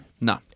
No